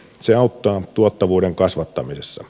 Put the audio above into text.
se auttaa tuottavuuden kasvattamisessa